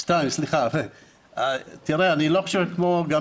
כפי שגם נאמר לפניי, אני לא חושב שאנשים